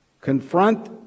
confront